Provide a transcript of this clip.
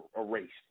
erased